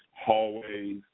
hallways